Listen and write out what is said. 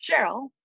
Cheryl